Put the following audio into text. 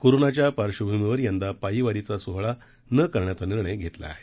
कोरोनाच्या पार्डभूमीवर यंदा पायी वारीचा सोहळा न करण्याचा निर्णय घेण्यात आला आहे